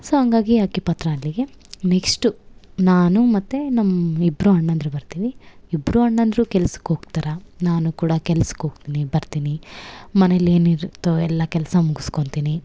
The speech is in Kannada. ಸೊ ಹಂಗಾಗಿ ಆಕೆ ಪಾತ್ರ ಅಲ್ಲಿಗೆ ನೆಕ್ಸ್ಟು ನಾನು ಮತ್ತು ನಮ್ಮ ಇಬ್ಬರು ಅಣ್ಣಂದಿರು ಬರ್ತಿವಿ ಇಬ್ಬರು ಅಣ್ಣಂದಿರು ಕೆಲ್ಸಕ್ಕೆ ಹೋಗ್ತಾರೆ ನಾನು ಕೂಡ ಕೆಲ್ಸಕ್ಕೆ ಹೋಗ್ತಿನಿ ಬರ್ತಿನಿ ಮನೆಲಿ ಏನಿರುತ್ತೋ ಎಲ್ಲ ಕೆಲಸ ಮುಗಿಸ್ಕೊತೀನಿ